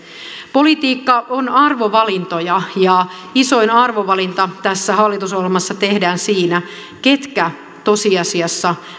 politiikka on arvovalintoja ja isoin arvovalinta tässä hallitusohjelmassa tehdään siinä ketkä tosiasiassa